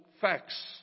facts